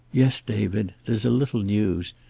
yes, david. there's a little news.